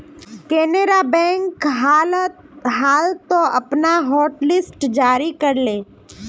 Canara bank हाल त अपनार हॉटलिस्ट जारी कर ले